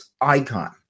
icon